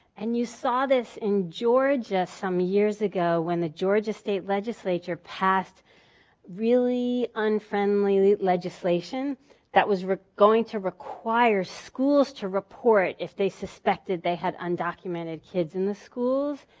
and you saw this in georgia some years ago, when the georgia state legislature passed really unfriendly legislation that was going to require schools to report if they suspected they had undocumented kids in the schools.